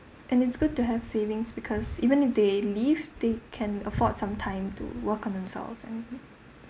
and it's good to have savings because even if they leave they can afford some time to work on themselves and